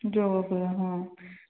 ଯୋଗ କରିବା ହଁ